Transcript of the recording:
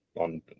on